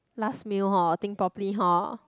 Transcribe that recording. last meal hor think properly hor